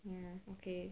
okay